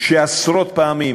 שעשרות פעמים